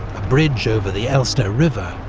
a bridge over the elster river,